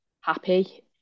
happy